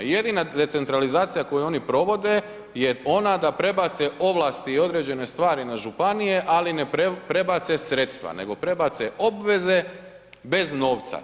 I jedina decentralizacija koju oni provode je ona da prebace ovlasti i određene stvari na županije ali ne prebace sredstva nego prebace obveze bez novca.